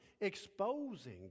exposing